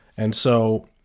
and so,